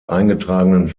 eingetragenen